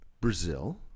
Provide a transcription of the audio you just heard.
Brazil